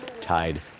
tied